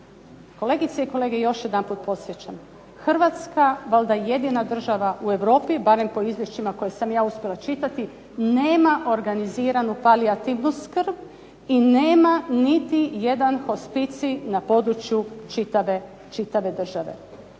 Kolegice i kolege, još jedanput podsjećam, Hrvatska valjda jedina država u Europi, barem po izvješćima koje sam ja uspjela čitati nema organiziranu palijativnu skrb, i nema niti jedan hospicij na području čitave države.